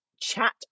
chat